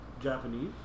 Japanese